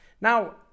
Now